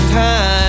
time